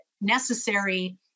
necessary